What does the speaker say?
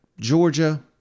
Georgia